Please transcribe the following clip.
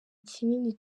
kinini